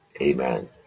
Amen